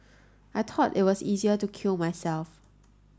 I thought it was easier to kill myself